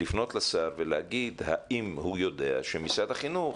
לפנות לשר ולשאול האם הוא יודע שמשרד החינוך,